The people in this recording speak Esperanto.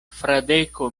fradeko